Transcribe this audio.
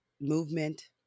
movement